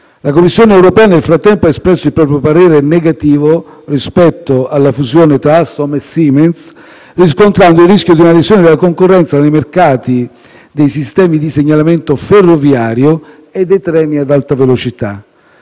la Commissione europea ha espresso il proprio parere negativo rispetto alla fusione tra Alstom e Siemens, riscontrando il rischio di una lesione della concorrenza nei mercati dei sistemi di segnalamento ferroviario e dei treni ad alta velocità.